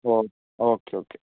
oh okay okay